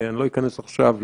יושבים,